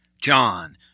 john